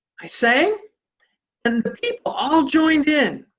i sang and the people all joined in.